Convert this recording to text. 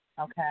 Okay